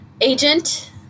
agent